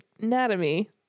Anatomy